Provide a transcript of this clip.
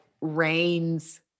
rains